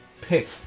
pick